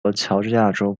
乔治亚州